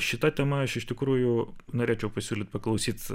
šita tema aš iš tikrųjų norėčiau pasiūlyt paklausyt